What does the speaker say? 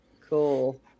cool